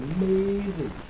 amazing